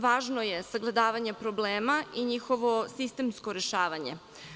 Važno je sagledavanje problema i njihovo sistemsko rešavanje.